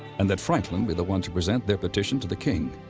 and that franklin be the one to present their petition to the king.